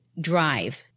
drive